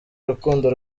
urukundo